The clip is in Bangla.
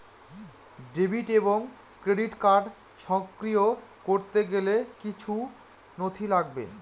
ডেবিট এবং ক্রেডিট কার্ড সক্রিয় করতে গেলে কিছু নথি লাগবে?